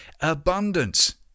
Abundance